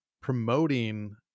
promoting